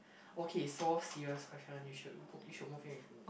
okay so serious question you should book you should move in with me